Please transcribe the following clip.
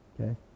okay